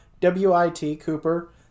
W-I-T-Cooper